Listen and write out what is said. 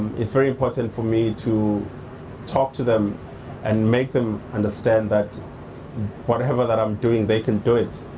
it's very important for me to talk to them and make them understand that whatever that i'm doing they can do it.